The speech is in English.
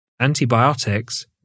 Antibiotics